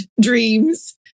dreams